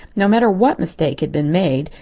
no matter what mistake had been made,